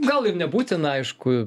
gal ir nebūtina aišku